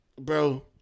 Bro